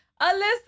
Alyssa